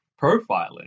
profiling